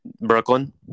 Brooklyn